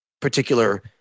particular